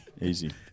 Easy